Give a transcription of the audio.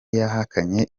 yahakanye